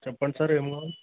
చెప్పండి సార్ ఏమి కావాలి